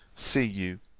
see you